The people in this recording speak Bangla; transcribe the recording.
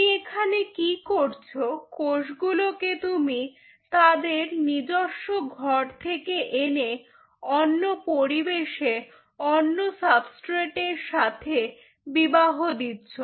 তুমি এখানে কি করছ কোষগুলিকে তুমি তাদের নিজস্ব ঘর থেকে এনে অন্য পরিবেশে অন্য সাবস্ট্রেট এর সাথে বিবাহ দিচ্ছ